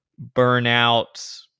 burnout